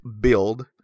build